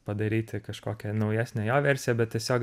padaryti kažkokią naujesnę jo versiją bet tiesiog